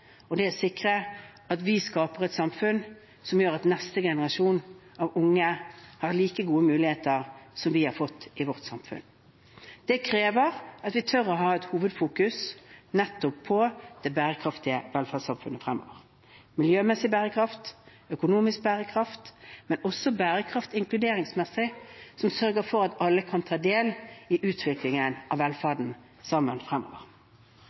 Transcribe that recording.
og det er å sikre at vi skaper et samfunn som gjør at neste generasjon unge har like gode muligheter som vi har fått i vårt samfunn. Det krever at vi tør å ha et hovedfokus nettopp på det bærekraftige velferdssamfunnet fremover – miljømessig bærekraft, økonomisk bærekraft, men også bærekraft inkluderingsmessig, som sørger for at alle kan ta del i utviklingen av velferden sammen fremover.